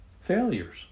Failures